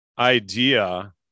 idea